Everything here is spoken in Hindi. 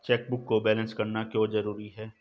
चेकबुक को बैलेंस करना क्यों जरूरी है?